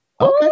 Okay